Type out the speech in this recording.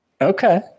okay